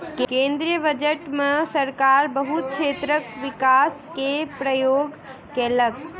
केंद्रीय बजट में सरकार बहुत क्षेत्रक विकास के प्रयास केलक